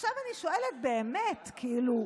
עכשיו אני שואלת באמת, כאילו,